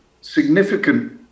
significant